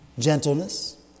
Gentleness